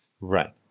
right